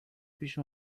پیش